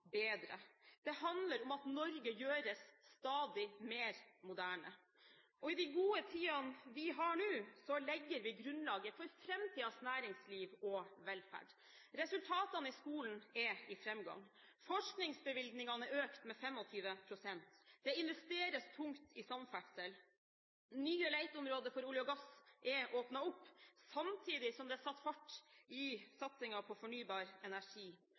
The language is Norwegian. Det handler om at Norge gjøres stadig mer moderne. I de gode tidene vi har nå, legger vi grunnlaget for framtidens næringsliv og velferd. Resultatene i skolen er i framgang, forskningsbevilgningene er økt med 25 pst., det investeres tungt i samferdsel, nye leteområder for olje og gass er åpnet opp samtidig som det er satt fart i satsingen på fornybar energi.